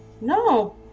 no